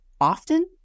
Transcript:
often